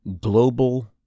Global